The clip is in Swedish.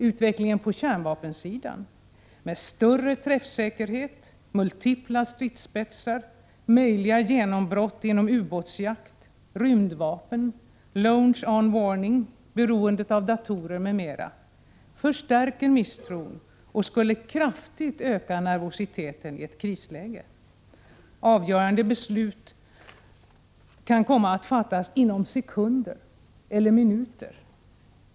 Utvecklingen på kärnvapensidan — större träffsäkerhet, multipla stridsspetsar, möjliga genombrott inom ubåtsjakt, rymdvapen, ”launch-onwarning”, beroendet av datorer, m.m. — förstärker misstron och skulle kraftigt öka nervositeten i ett krisläge. Avgörande beslut kan komma att fattas inom sekunder eller minuter.